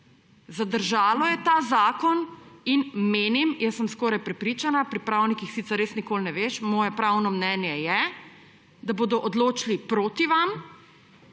Zadržalo je ta zakon. In menim, jaz sem skoraj prepričana, pri pravnikih sicer res nikoli ne veš, moje pravno mnenje je, da bodo odločili proti vam,